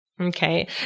Okay